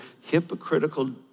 hypocritical